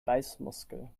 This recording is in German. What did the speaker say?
beißmuskel